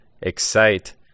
Excite